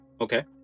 Okay